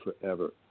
forever